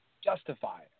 justify